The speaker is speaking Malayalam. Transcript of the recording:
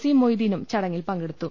സി മൊയ്തീനും ചടങ്ങിൽ പങ്കെടുത്തു